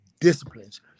disciplines